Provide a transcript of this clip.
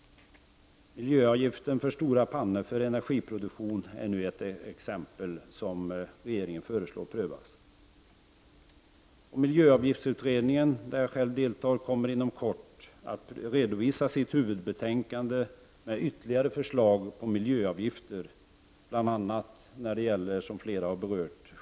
Ett annat medel som regeringen anser det vara värt att pröva är miljöavgifter för stora pannor för energiproduktion. Miljöavgiftsutredningen, där jag själv sitter med, kommer inom kort att redovisa sitt huvudbetänkande med ytterligare förslag om miljöavgifter, bl.a. när det gäller sjöfarten och flyget.